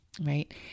right